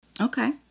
Okay